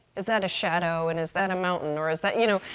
is that a shadow, and is that a mountain, or is that? you know,